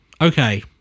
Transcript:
okay